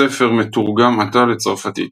הספר מתורגם עתה לצרפתית.